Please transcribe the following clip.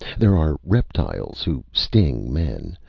there are reptiles who sting men.